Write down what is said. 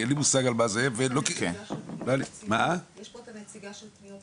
אני אין לי מושג על מה זה --- יש פה את הנציגה של --- כן,